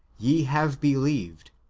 ye have believed,